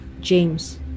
James